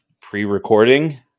pre-recording